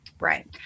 Right